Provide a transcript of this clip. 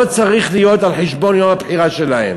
צריך להיות על חשבון יום הבחירה שלהם.